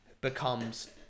becomes